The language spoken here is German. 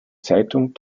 zeitung